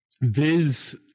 viz